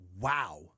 wow